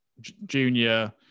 Junior